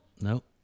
No